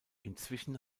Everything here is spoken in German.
inzwischen